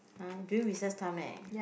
!huh! during recess time eh